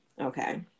Okay